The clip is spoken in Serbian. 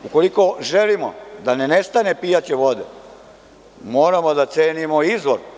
Ukoliko želimo da ne nestane pijaće vode, moramo da cenimo izvor.